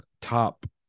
top